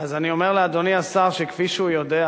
אז אני אומר לאדוני השר שכפי שהוא יודע,